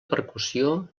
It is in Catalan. percussió